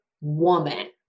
woman